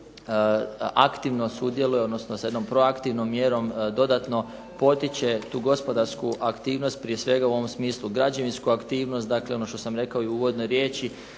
aktivno sudjeluje, odnosno sa jednom proaktivnom mjerom dodatno potiče tu gospodarsku aktivnost prije svega u ovom smislu građevinsku aktivnost. Dakle, ono što sam rekao i u uvodnoj riječi,